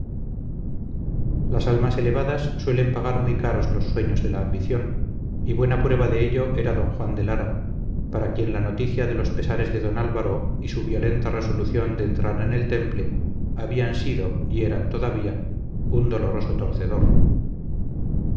las almas elevadas suelen pagar muy caros los sueños de la ambición y buena prueba de ello era don juan de lara para quien la noticia de los pesares de don álvaro y su violenta resolución de entrar en el temple habían sido y eran todavía un doloroso torcedor